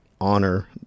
honor